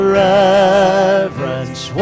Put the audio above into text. reverence